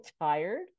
tired